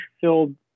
filled